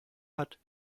hat